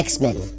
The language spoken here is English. X-Men